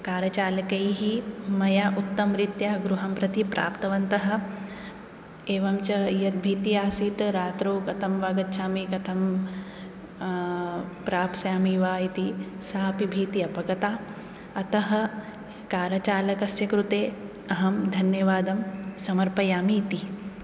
car चालकैः मया उक्तरीत्या गृहं प्रति प्राप्तवन्तः एवञ्च यद्भीति आसीत् रात्रौ कथं वा गच्छामि कथं प्राप्स्यामि वा इति सा अपि भीति अपगता अतः कार् चालकस्य कृते अहं धन्यवादं समर्पयामि इति